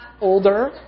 older